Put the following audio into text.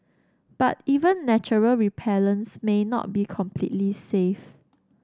but even natural repellents may not be completely safe